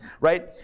right